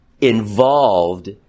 involved